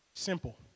simple